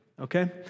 okay